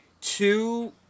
two